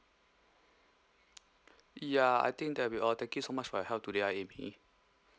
ya I think that'll be all thank you so much for your help today ah amy